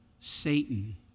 Satan